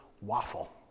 waffle